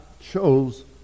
chose